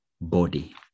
body